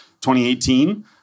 2018